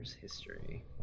History